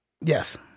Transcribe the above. Yes